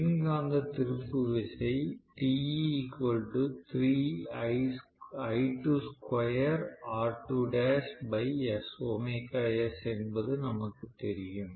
மின் காந்த திருப்பு விசை என்பது நமக்கு தெரியும்